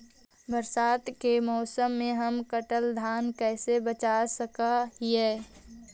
बरसात के मौसम में हम कटल धान कैसे बचा सक हिय?